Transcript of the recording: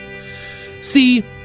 See